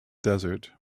desert